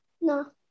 No